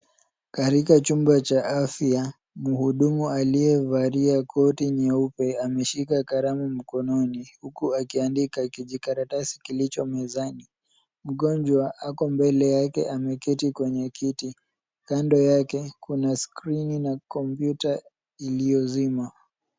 Katika chumba cha afya, mhudumu aliyevalia koti nyeupe ameshika kalamu mkononi huku akiandika kijikaratasi kilicho mezani. Mgonjwa ako mbele yake ameketi kwenye kiti. Kando yake kuna skrini na kompyuta iliyosima.